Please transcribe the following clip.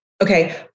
okay